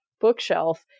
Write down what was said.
bookshelf